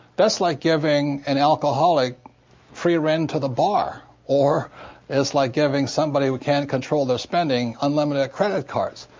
that's like giving an alcoholic free reign to the bar, or it's like giving somebody who can't control their spending unlimited credit cards.